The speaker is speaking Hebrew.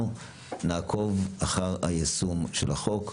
אנחנו נעקוב אחר היישום של החוק,